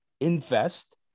invest